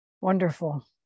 Wonderful